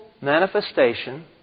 manifestation